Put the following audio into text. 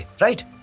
right